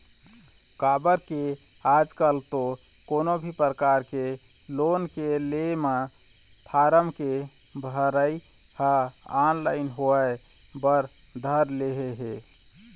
काबर के आजकल तो कोनो भी परकार के लोन के ले म फारम के भरई ह ऑनलाइन होय बर धर ले हे